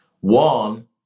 One